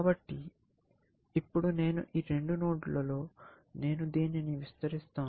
కాబట్టి ఇప్పుడు నేను ఈ రెండు నోడ్లలో నేను దీనిని విస్తరిస్తాను